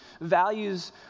Values